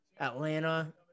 Atlanta